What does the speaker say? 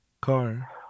car